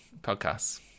podcasts